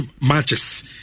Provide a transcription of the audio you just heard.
matches